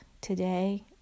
today